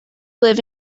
live